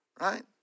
Right